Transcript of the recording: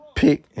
pick